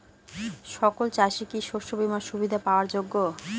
সকল চাষি কি শস্য বিমার সুবিধা পাওয়ার যোগ্য?